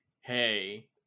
hey